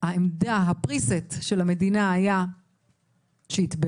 העמדה של המדינה הייתה - שיתבעו,